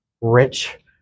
rich